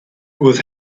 with